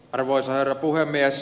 arvoisa herra puhemies